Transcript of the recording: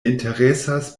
interesas